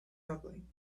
rumbling